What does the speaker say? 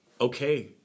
okay